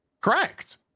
Correct